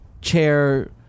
Chair